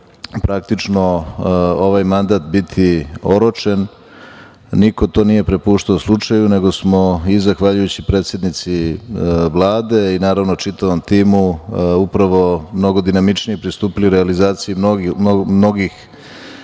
praktično ovaj mandat biti oročen, niko to nije prepuštao slučaju, nego smo zahvaljujući predsednici Vlade i naravno čitavom timu, upravo mnogo dinamičnije pristupili realizaciji mnogih